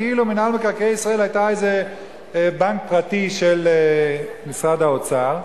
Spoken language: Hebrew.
כאילו מינהל מקרקעי ישראל היה איזה בנק פרטי של משרד האוצר,